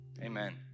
amen